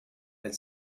and